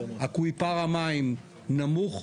אקוויפר המים נמוך,